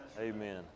Amen